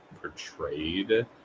portrayed